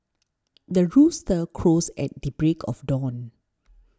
the rooster crows at the break of dawn